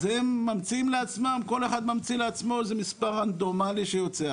אז הם ממציאים לעצמם, כל אחד, מספר רנדומלי שיוצא.